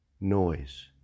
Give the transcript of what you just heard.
Noise